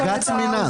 בג"ץ מינה.